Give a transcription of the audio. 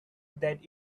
that